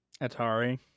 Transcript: Atari